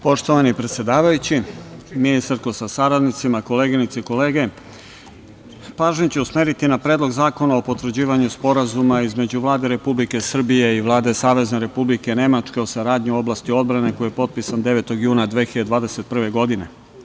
Poštovani predsedavajući, ministarko sa saradnicima, koleginice i kolege, pažnju ću usmeriti na Predlog zakona o potvrđivanju Sporazuma između Vlade Republike Srbije i Vlade Savezne Republike Nemačke o saradnji u oblasti odbrane, koji je potpisan 9. juna 2021. godine.